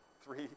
three